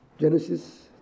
Genesis